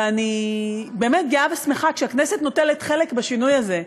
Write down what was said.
ואני באמת גאה ושמחה כשהכנסת נוטלת חלק בשינוי הזה,